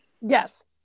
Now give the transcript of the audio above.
yes